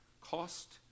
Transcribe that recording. Cost